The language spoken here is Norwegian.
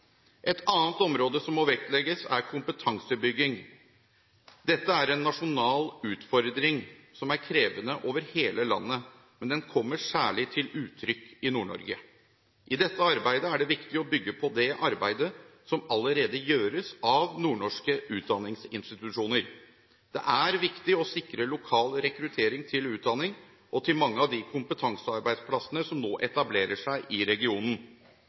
Et annet område som må vektlegges, er kompetansebygging. Dette er en nasjonal utfordring som er krevende over hele landet, men den kommer særlig til uttrykk i Nord-Norge. I dette arbeidet er det viktig å bygge på det arbeidet som allerede gjøres av nordnorske utdanningsinstitusjoner. Det er viktig å sikre lokal rekruttering til utdanning og til mange av de kompetansearbeidsplassene som nå etablerer seg i regionen